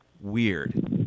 weird